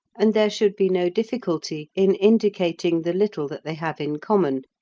and there should be no difficulty in indicating the little that they have in common,